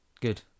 good